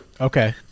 okay